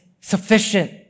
sufficient